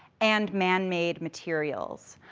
and man-made materials,